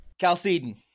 Chalcedon